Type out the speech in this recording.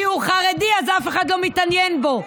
כי הוא חרדי, אז אף אחד לא מתעניין בו.